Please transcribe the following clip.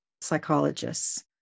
psychologists